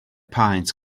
paent